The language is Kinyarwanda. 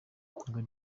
ngo